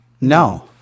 No